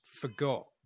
forgot